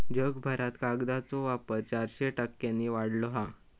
जगभरात कागदाचो वापर चारशे टक्क्यांनी वाढलो हा